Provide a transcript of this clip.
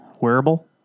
wearable